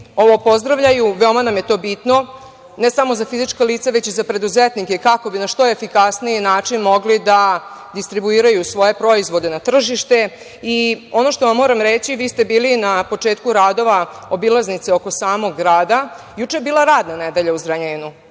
ovo pozdravljaju. Veoma nam je to bitno, ne samo za fizička lica već i za preduzetnike, kako bi na što efikasniji način mogli da distribuiraju svoje proizvode na tržištu. Ono što vam moram reći, vi ste bili na početku radova obilaznice oko samog grada, juče je bila radna nedelja u Zrenjaninu